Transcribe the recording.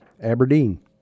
Aberdeen